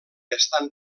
estan